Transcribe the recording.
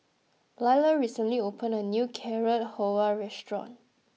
Lilah recently opened a new Carrot Halwa restaurant